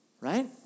Right